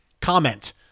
comment